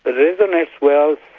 but ah resonates well,